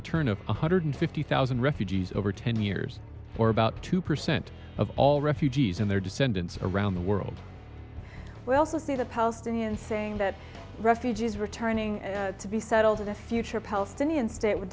return of one hundred fifty thousand refugees over ten years for about two percent of all refugees and their descendants around the world we also see the palestinians saying that refugees returning to be settled in a future palestinian state would